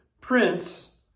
Prince